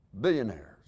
Billionaires